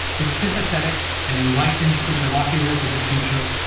the sympathetic and enlightened interlocutors of the future,